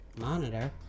monitor